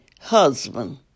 husband